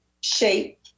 shape